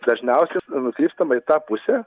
dažniausiai nukrypstama į tą pusę